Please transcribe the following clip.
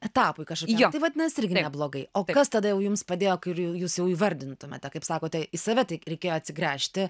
etapui kažkokiam tai vadinasi irgi blogai o tai kas tada jau jums padėjo ir jūs jau įvardintumėte kaip sakote į save taip reikėjo atsigręžti